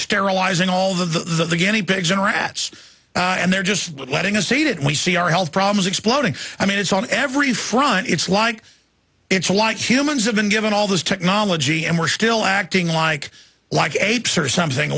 sterilizing all the guinea pigs and rats and they're just letting us see did we see our health problems exploding i mean it's on every front it's like it's like humans have been given all this technology and we're still acting like like apes or something